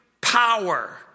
power